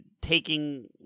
taking